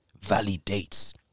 validates